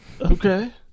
okay